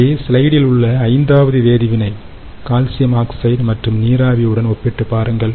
இதை ஸ்லைடில் உள்ள ஐந்தாவது வேதிவினை கால்சியம் ஆக்சைடு மற்றும் நீராவி உடன் ஒப்பிட்டுப் பாருங்கள்